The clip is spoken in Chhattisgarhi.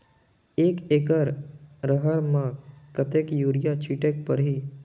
एक एकड रहर म कतेक युरिया छीटेक परही?